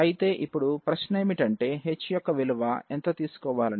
అయితే ఇప్పుడు ప్రశ్నేమిటంటే h యొక్క విలువ ఎంత తీసుకోవాలని